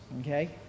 Okay